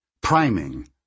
Priming